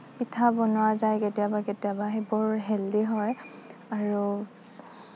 পিঠা বনোৱা যায় কেতিয়াবা কেতিয়াবা সেইবোৰ হেল্ডি হয় আৰু